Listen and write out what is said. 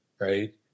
right